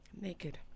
Naked